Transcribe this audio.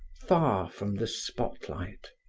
far from the spotlight.